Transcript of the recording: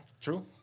True